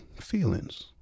feelings